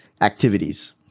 activities